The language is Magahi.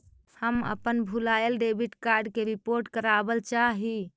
हम अपन भूलायल डेबिट कार्ड के रिपोर्ट करावल चाह ही